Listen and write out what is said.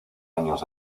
años